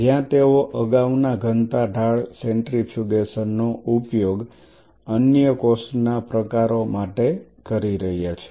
જ્યાં તેઓ અગાઉના ઘનતા ઢાળ સેન્ટ્રીફ્યુગેશનનો ઉપયોગ અન્ય કોષના પ્રકારો માટે કરી રહ્યા છો